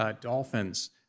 Dolphins